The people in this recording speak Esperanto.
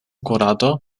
kurado